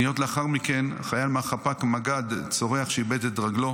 שניות לאחר מכן חייל מחפ"ק המג"ד צורח שאיבד את רגלו.